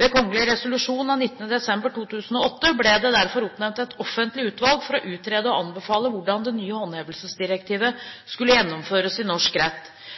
Ved kgl. resolusjon av 19. desember 2008 ble det derfor oppnevnt et offentlig utvalg for å utrede og anbefale hvordan det nye håndhevelsesdirektivet skulle gjennomføres i norsk rett.